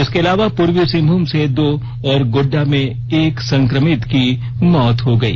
इसके अलावा पूर्वी सिंहभूम से दो और गोड्डा में एक संक्रमित की मौत हो गई